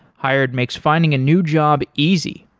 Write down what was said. hired makes finding a new job easy.